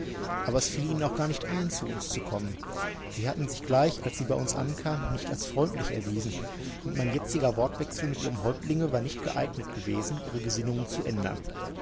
aber es fiel ihnen auch gar nicht ein zu uns zu kommen sie hatten sich gleich als sie bei uns ankamen nicht als freundlich erwiesen und mein jetziger wortwechsel mit ihrem häuptlinge war nicht geeignet gewesen ihre gesinnungen zu ändern